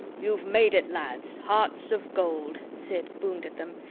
you've made it, lads, hearts of gold, sid boomed at them,